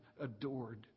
adored